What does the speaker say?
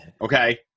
Okay